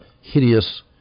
hideous